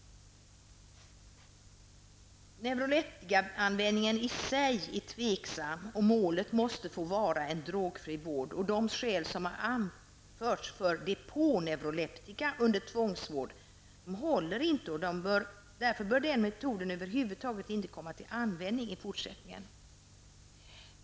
Neuroleptikaanvändningen i sig är tveksam och målet måste få vara en drogfri vård. De skäl som anförts för depåneuroleptika under tvångsvård håller inte, och därför bör metoden inte komma till användning i fortsättningen.